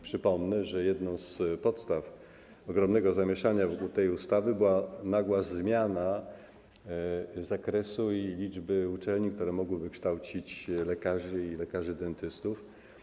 Przypomnę, że jedną z podstaw ogromnego zamieszania wokół ustawy była nagła zmiana zakresu i liczby uczelni, które mogłyby kształcić lekarzy i lekarzy dentystów.